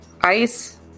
ice